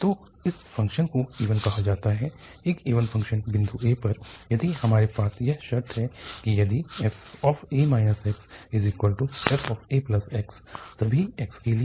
तो एक फ़ंक्शन को इवन कहा जाता है एक इवन फ़ंक्शन बिंदु a पर यदि हमारे पास यह शर्त है कि यदि fa xfax सभी x के लिए